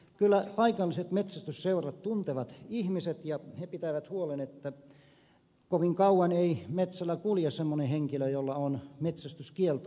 kyllä paikalliset metsästysseurat tuntevat ihmiset ja he pitävät huolen että kovin kauan ei metsällä kulje semmoinen henkilö jolla on metsästyskielto